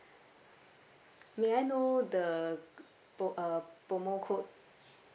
may I know the pro~ uh promo code